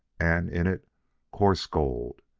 and in it coarse gold,